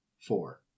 four